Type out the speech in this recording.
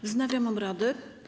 Wznawiam obrady.